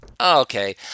okay